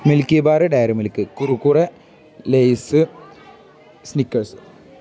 Milkybar Dairy Milk Kurkure Lay's Snickers